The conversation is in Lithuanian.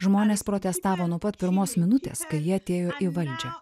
žmonės protestavo nuo pat pirmos minutės kai jie atėjo į valdžią